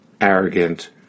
arrogant